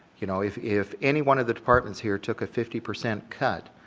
you know. if if anyone at the departments here took a fifty percent cut